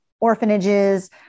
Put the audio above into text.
orphanages